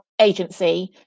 agency